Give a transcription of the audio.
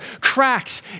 Cracks